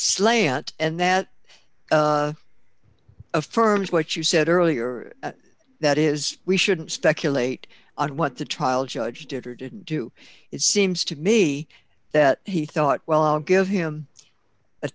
slant and that affirms what you said earlier that is we shouldn't speculate on what the trial judge did or didn't do it seems to me that he thought well i'll give him a